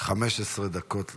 15 דקות לרשותך.